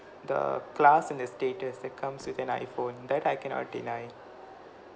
the class and the status that comes with an iphone that I cannot deny